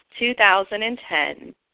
2010